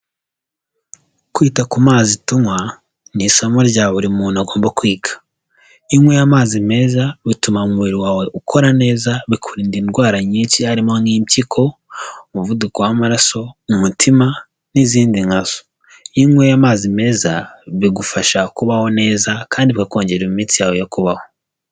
Kwita ku mazi tuywa ni isomo rya buri muntu agomba kwiga iyo unyweye amazi meza bituma umubiri wawe ukora neza, bikurinda indwara nyinshi harimo nk'impyiko, umuvuduko w'amaraso, umutima n'izindi nka zo, iyo unyweye amazi meza bigufasha kubaho neza kandi bikakongerera iminsi yawe yo kubaho.